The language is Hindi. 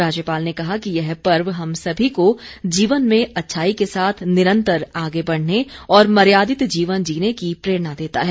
राज्यपाल ने कहा कि यह पर्व हम सभी को जीवन में अच्छाई के साथ निरन्तर आगे बढ़ने ओर मर्यादित जीवन जीने की प्रेरणा देता है